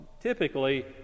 typically